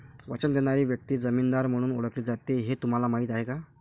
वचन देणारी व्यक्ती जामीनदार म्हणून ओळखली जाते हे तुम्हाला माहीत आहे का?